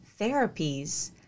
therapies